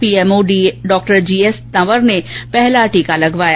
PMO डॉ GS Tanwar ने पहला टीका लगवाया